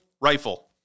rifle